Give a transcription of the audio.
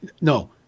No